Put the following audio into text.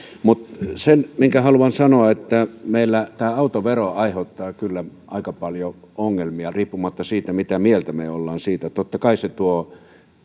mutta se minkä haluan sanoa on että meillä tämä autovero aiheuttaa kyllä aika paljon ongelmia riippumatta siitä mitä mieltä me olemme siitä totta kai se tuo